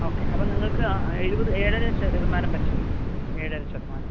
okay അപ്പോൾ നിങ്ങൾക്ക് ആ എഴുപത് ഏഴര ശതമാനം പലിശ കിട്ടും ഏഴര ശതമാനം